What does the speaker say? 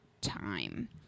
time